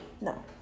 No